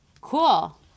Cool